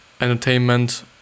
entertainment